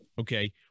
okay